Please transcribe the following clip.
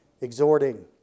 exhorting